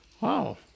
Wow